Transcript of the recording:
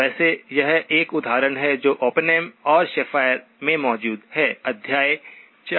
वैसे यह एक उदाहरण है जो ओपेनहेम और शेफ़र में मौजूद है अध्याय 4